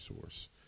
source